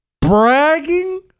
bragging